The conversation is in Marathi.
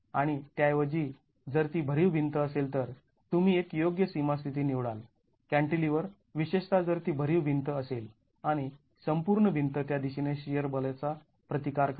आणि त्याऐवजी जर ती भरीव भिंत असेल तर तुम्ही एक योग्य सीमा स्थिती निवडाल कॅंटीलिव्हर विशेषत जर ती भरीव भिंत असेल आणि संपूर्ण भिंत त्या दिशेने शिअर बलाचा प्रतिकार करेल